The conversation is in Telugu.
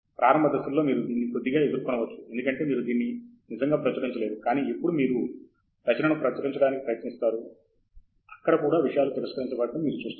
ప్రారంభ దశలలో మీరు దీన్ని కొద్దిగా ఎదుర్కోవచ్చు ఎందుకంటే మీరు దీన్ని నిజంగా ప్రచురించలేరు కానీ ఎప్పుడు మీరు రచనను ప్రచురించడానికి ప్రయత్నిస్తారు అక్కడ కూడా విషయాలు తిరస్కరించబడటం మీరు చూస్తారు